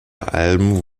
alben